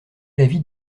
l’avis